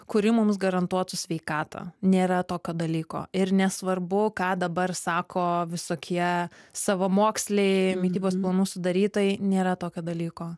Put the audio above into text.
kuri mums garantuotų sveikatą nėra tokio dalyko ir nesvarbu ką dabar sako visokie savamoksliai mitybos planų sudarytojai nėra tokio dalyko